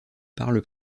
parlent